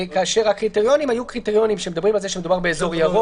כאשר הקריטריונים היו קריטריונים שמדברים על זה שמדובר באזור ירוק,